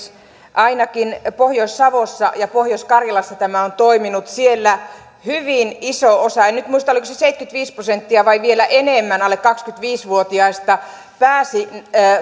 ainakin pohjois savossa ja pohjois karjalassa tämä on toiminut siellä hyvin iso osa en nyt muista oliko se se seitsemänkymmentäviisi prosenttia vai vielä enemmän alle kaksikymmentäviisi vuotiaista pääsi